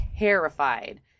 terrified